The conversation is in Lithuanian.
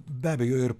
be abejo ir